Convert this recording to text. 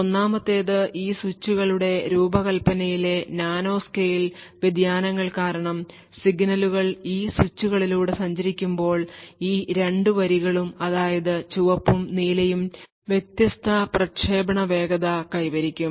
ഒന്നാമത്തേത് ഈ സ്വിച്ചുകളുടെ രൂപകൽപ്പനയിലെ നാനോ സ്കെയിൽ വ്യതിയാനങ്ങൾ കാരണം സിഗ്നലുകൾ ഈ സ്വിച്ചുകളിലൂടെ സഞ്ചരിക്കുമ്പോൾ ഈ 2 വരികളും അതായത് ചുവപ്പും നീലയും വ്യത്യസ്ത പ്രക്ഷേപണ വേഗത കൈവരിക്കും